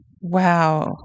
Wow